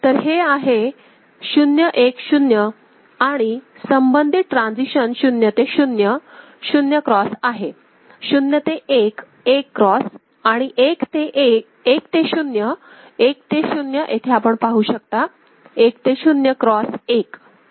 तर हे आहे 0 1 0 आणि संबंधित ट्रान्सिशन 0 ते 0 0 क्रॉस आहे 0 ते 1 1 क्रॉस आणि 1 ते 0 1 ते 0 येथे आपण पाहू शकता 1 ते 0 क्रॉस 1